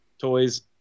toys